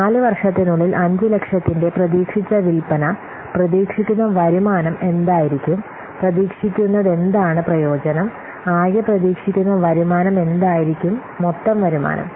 4 വർഷത്തിനുള്ളിൽ 500000 ന്റെ പ്രതീക്ഷിച്ച വിൽപന പ്രതീക്ഷിക്കുന്ന വരുമാനം എന്തായിരിക്കും പ്രതീക്ഷിക്കുന്നതെന്താണ് പ്രയോജനം ആകെ പ്രതീക്ഷിക്കുന്ന വരുമാനം എന്തായിരിക്കും മൊത്തം വരുമാനം